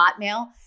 hotmail